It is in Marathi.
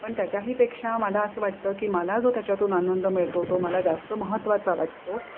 पण त्याच्याहीपेक्षा मला असं वाटतं की मला जो त्याच्यातून आनंद मिळतो तो मला जास्त महत्त्वाचा वाटतो